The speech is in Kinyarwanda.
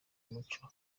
umuco